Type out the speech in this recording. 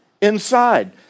inside